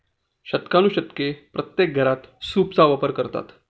शतकानुशतके प्रत्येक घरात सूपचा वापर करतात